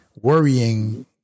Worrying